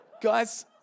Guys